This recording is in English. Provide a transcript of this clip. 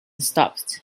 stopped